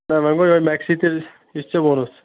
نہ وۄنۍ گوٚو یہوے میکسٕے تیٚلہِ یُس ژےٚ ووٚنُتھ